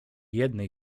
jednej